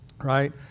right